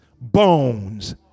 bones